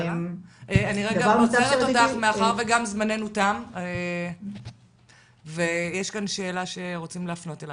אני עוצרת אותך מאחר וגם זמננו תם ויש כאן שאלה שרוצים להפנות אליך,